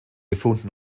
gefunden